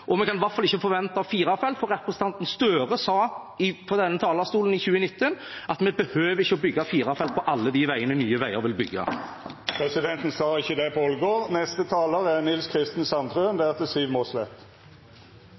Vi kan i hvert fall ikke forvente firefelts, for representanten Gahr Støre sa fra denne talerstolen i 2019 at vi ikke behøver å bygge firefelts på alle de veiene Nye veier vil bygge. Presidenten sa ikkje det på